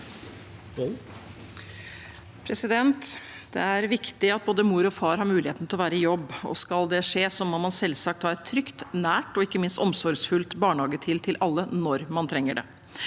Det er viktig at både mor og far har muligheten til å være i jobb, og skal det skje, må man selvsagt ha et trygt, nært og ikke minst omsorgsfullt barnehagetilbud til alle når man trenger det.